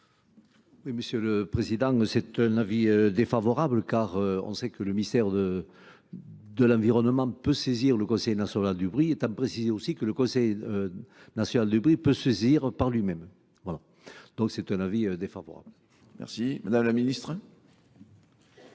Oui, Monsieur le Président, c'est un avis défavorable, car on sait que le ministère de l'Environnement peut saisir le Conseil national du Brie, étant précisé aussi que le Conseil national du Brie peut saisir par lui-même. Voilà. Donc c'est un avis défavorable. Merci. Madame la Ministre.